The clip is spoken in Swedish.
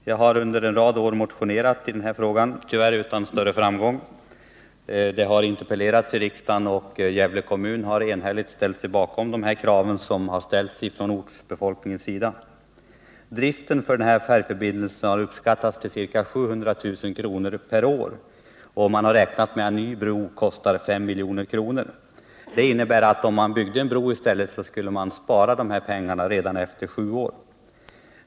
Jag har under en rad av år motionerat i frågan, tyvärr utan större framgång. Det har interpellerats i riksdagen, och Gävle kommun har enhälligt ställt sig bakom de krav som ortsbefolkningen ställt. Kostnaden för driften av färjeförbindelsen har uppskattats till ca 700 000 kr. per år. Och man har räknat med att en ny bro kostar 5 milj.kr. Det innebär att om man byggde en bro skulle man spara in de här driftspengarna redan efter sju år.